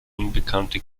unbekannte